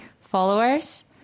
followers